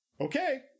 okay